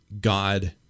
God